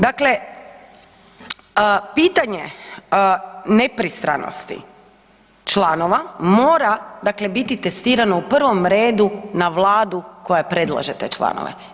Dakle, pitanje nepristranosti članova mora dakle biti testirano u prvom redu na vladu koja predlaže te članove.